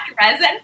resin